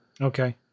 Okay